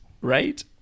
Right